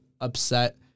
upset